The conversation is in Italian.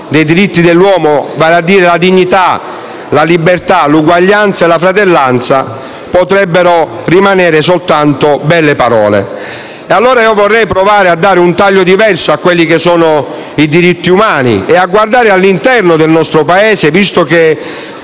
dei diritti umani, vale a dire la dignità, la libertà, l'uguaglianza e la fratellanza, potrebbero rimanere soltanto belle parole. Vorrei allora provare a dare un taglio diverso a quelli che sono i diritti umani e a guardare all'interno del nostro Paese, visto che